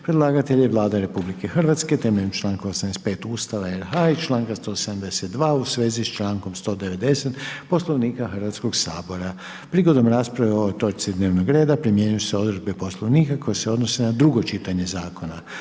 Predlagatelj je Vlada Republike Hrvatske na temelju čl. 85. Ustava RH i čl. 172. koji je u vezi s čl. 190. Poslovnika Hrvatskog sabora. Prigodom rasprave o ovoj točki dnevnog reda, primjenjuju se odredbe poslovnika koji se odnose na drugo čitanje ovog zakona.